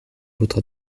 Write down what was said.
votre